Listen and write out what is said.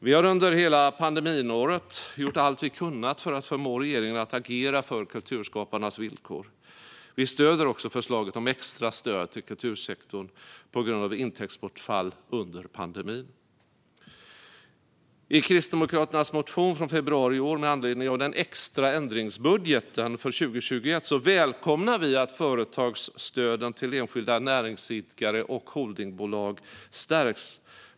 Vi har under hela pandemiåret gjort allt vi kunnat för att förmå regeringen att agera när det gäller kulturskaparnas villkor. Vi stöder också förslaget om extra stöd till kultursektorn på grund av intäktsbortfall under pandemin. I Kristdemokraternas motion från februari i år med anledning av den extra ändringsbudgeten för 2021 välkomnar vi att företagsstöden till enskilda näringsidkare och holdingbolag stärks.